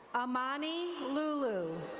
um imani lulu.